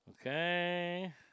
Okay